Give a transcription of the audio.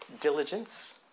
diligence